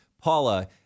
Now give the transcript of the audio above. Paula